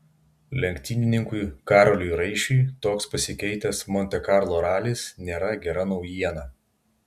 lenktynininkui karoliui raišiui toks pasikeitęs monte karlo ralis nėra gera naujiena